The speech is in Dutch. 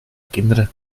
kinderen